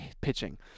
pitching